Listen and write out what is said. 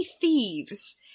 Thieves